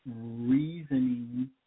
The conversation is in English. reasoning